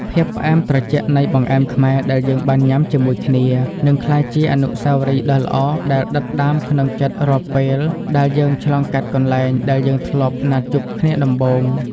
ភាពផ្អែមត្រជាក់នៃបង្អែមខ្មែរដែលយើងបានញ៉ាំជាមួយគ្នា នឹងក្លាយជាអនុស្សាវរីយ៍ដ៏ល្អដែលដិតដាមក្នុងចិត្តរាល់ពេលដែលយើងឆ្លងកាត់កន្លែងដែលយើងធ្លាប់ណាត់ជួបគ្នាដំបូង។